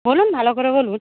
বলুন ভালো করে বলব